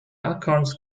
acorns